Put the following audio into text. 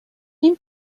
این